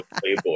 Playboy